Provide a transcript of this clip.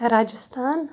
Rajasthan